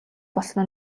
болсон